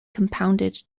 compounded